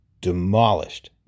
demolished